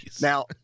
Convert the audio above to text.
Now